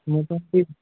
মোটামুটি